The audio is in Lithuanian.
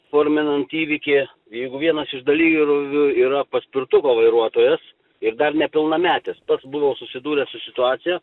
forminant įvykį jeigu vienas iš dalyvių yra paspirtuko vairuotojas ir dar nepilnametis pats buvau susidūręs su situacija